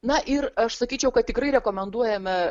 na ir aš sakyčiau kad tikrai rekomenduojame